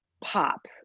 pop